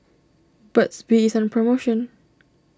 Burt's Bee is on promotion